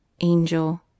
Angel